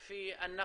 ודרך התפקיד הקודם